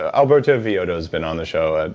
alberto viodo has been on the show, and